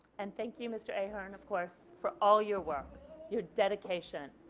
and thank you mr. ahearne of course for all your work your dedication.